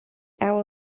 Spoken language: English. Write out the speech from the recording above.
hour